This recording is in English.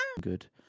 good